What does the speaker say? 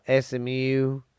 SMU